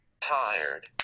Tired